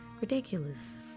ridiculous